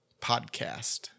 Podcast